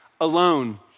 alone